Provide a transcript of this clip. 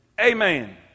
Amen